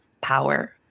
power